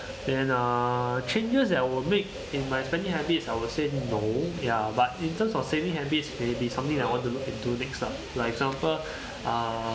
then uh changes that I will make in my spending habits I would say no ya but in terms of saving habits may be something I want to look into next lah like example ah